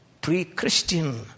Pre-Christian